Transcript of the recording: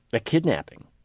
a kidnapping?